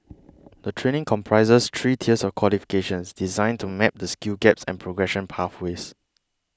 the training comprises three tiers of qualifications designed to map the skills gaps and progression pathways